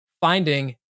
finding